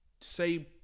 say